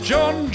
John